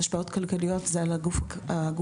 השפעות כלכליות זה על הגוף הציבורי.